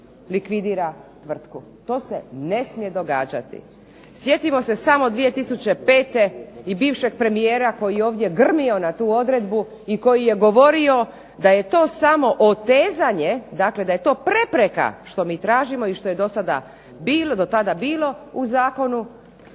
likvidira tvrtku, to se ne smije događati. Sjetimo se samo 2005. i bivšeg premijera koji je ovdje grmio na tu odredbu i koji je govorio da je to samo otezanje, da je to prepreka, što mi tražimo i što je do tada bilo u Zakonu,